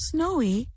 Snowy